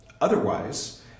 Otherwise